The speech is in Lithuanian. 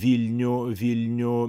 vilnių vilnių